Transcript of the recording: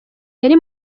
yari